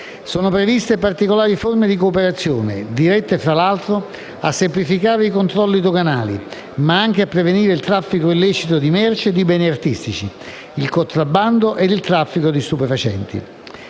Sono previste anche particolari forme di cooperazione, dirette, tra l'altro, a semplificare i controlli doganali, ma anche a prevenire il traffico illecito di merci e di beni artistici, il contrabbando ed il traffico di stupefacenti.